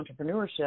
entrepreneurship